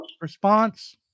response